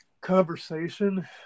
conversation